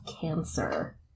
cancer